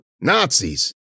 Nazis